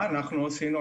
מה אנחנו עשינו?